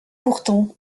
pourtant